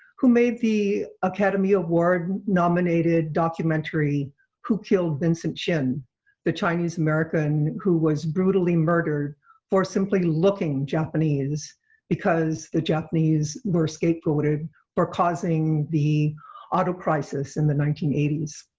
who made the academy award-nominated documentary who killed vincent chin the chinese-american who was brutally murdered for simply looking japanese because the japanese were scape-goated for causing the auto crisis in the nineteen eighty s